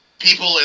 People